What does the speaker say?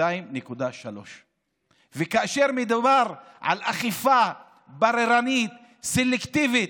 2.3%. וכאשר מדובר על אכיפה בררנית, סלקטיבית,